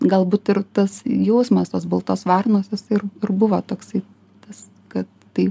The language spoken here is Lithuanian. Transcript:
galbūt ir tas jausmas tos baltos varnos jisai ir ir buvo toksai tas kad tai